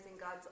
God's